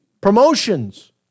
Promotions